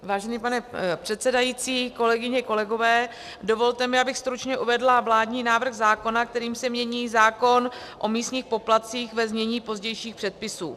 Vážený pane předsedající, kolegyně, kolegové, dovolte mi, abych stručně uvedla vládní návrh zákona, kterým se mění zákon o místních poplatcích, ve znění pozdějších předpisů.